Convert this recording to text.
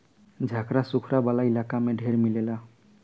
झंखाड़ सुखार वाला इलाका में ढेरे मिलेला